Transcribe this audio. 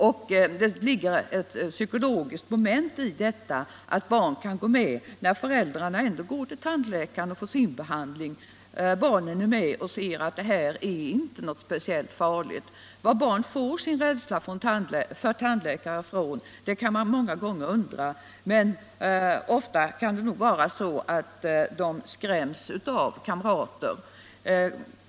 Det ligger ett psykologiskt moment i att barn kan följa med föräldrarna när dessa går till tandlikare för att få sin behandling. Barnen är med och ser att det inte är speciellt farligt. Varifrån får barn sin rädsla för tandläkaren, det kan man många gånger undra, ofta kan de bli skrämda av kamrater.